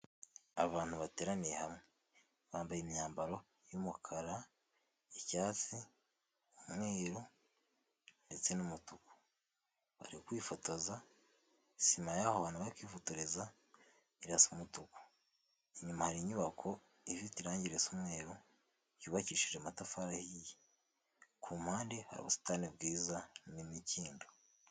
Abantu bateraniye hamwe bambaye imyambaro y'umukara, icyatsi, umweru ndetse n'umutuku, bari kwifotoza sima y'aho hantu bari kwifotoreza irasa umutuku, inyuma hari inyubako ifite irangi risa umweru yubakishije amatafari ahiye, ku mpande hari ubusitani bwiza n'imikindo.